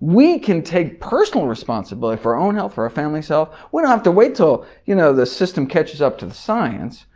we can take personal responsibility for our own health for our family's health we don't have to wait until you know the system catches up to the science,